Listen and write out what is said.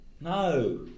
no